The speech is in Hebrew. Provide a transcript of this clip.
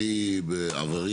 אני אומר לך שחוץ מאריק שרון,